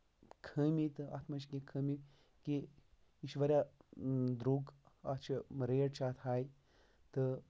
خٲمی تہٕ اَتھ منٛز چھِ یہِ خٲمی کہِ یہِ چھُ واریاہ درٛوٚگ اَتھ چھِ ریٹ چھِ ہاے تہٕ